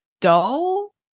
dull